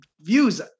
views